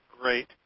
great